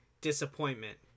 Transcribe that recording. disappointment